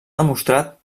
demostrat